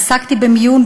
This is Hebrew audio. עסקתי במיון,